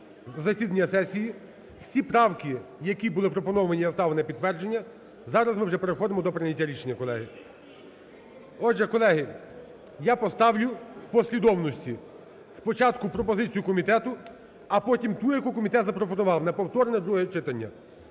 засідання сесії. Всі правки, які були пропоновані, я ставив на підтвердження. Зараз ми переходимо до прийняття рішення, колеги. Отже, колеги, я поставлю в послідовності: спочатку пропозицію комітету, а потім ту, яку комітет запропонував на повторне друге читання.